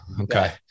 Okay